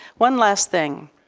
one last thing.